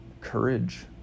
courage